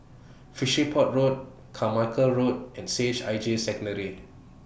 Fishery Port Road Carmichael Road and C H I J Secondary